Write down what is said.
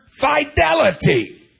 fidelity